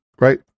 right